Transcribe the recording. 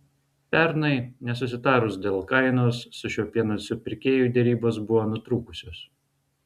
pernai nesusitarus dėl kainos su šiuo pieno supirkėju derybos buvo nutrūkusios